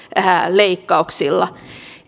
leikkauksilla